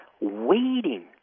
waiting